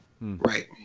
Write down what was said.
Right